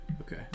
Okay